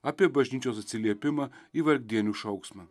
apie bažnyčios atsiliepimą į vargdienių šauksmą